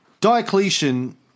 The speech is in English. Diocletian